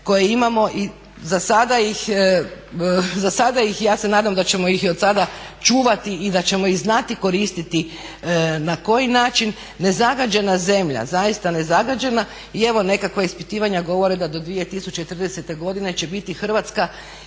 koje imamo i za sada ih ja se nadam da ćemo ih odsada čuvati i da ćemo ih znati koristiti. Na koji način nezagađena zemlja, zaista nezagađena i evo nekakva ispitivanja govore da do 2030. godine će biti Hrvatska